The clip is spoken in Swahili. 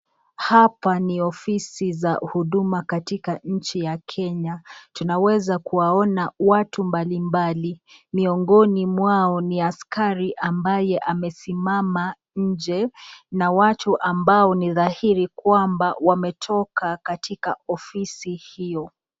Hapa ni ofisi za huduma katika nchi ya Kenya, tunaweza kuwaona watu mbalimbali, miongoni mwao ni askari ambaye amesimama nje, na watu ambao ni dhahiri kwamba wametoka katika ofisi hiyo.